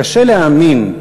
קשה להאמין,